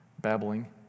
babbling